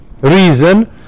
reason